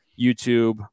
YouTube